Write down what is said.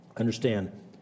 understand